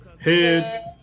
head